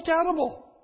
accountable